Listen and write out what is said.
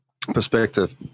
perspective